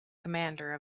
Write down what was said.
commander